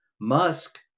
Musk